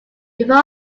before